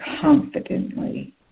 confidently